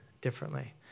differently